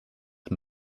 een